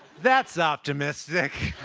that's optimistic.